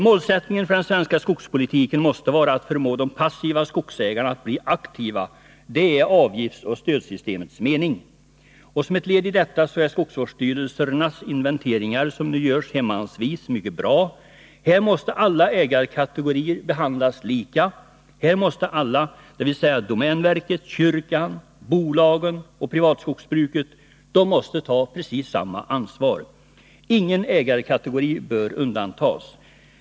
Målsättningen för den svenska skogspolitiken måste vara att förmå de passiva skogsägarna att bli aktiva. Det är avgiftsoch stödsystemets mening. Som ett led i detta är skogsvårdsstyrelsernas inventeringar, som nu görs hemmansvis, mycket bra. Här måste alla ägarkategorier behandlas lika. Här måste alla, dvs. domänverket, kyrkan, bolagen och privatskogsbruket, ta precis samma ansvar. Ingen ägarkategori bör undantas.